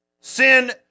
Sin